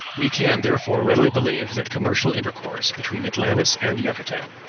we can therefore readily believe that commercial intercourse between atlantis and yucatan,